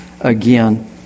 again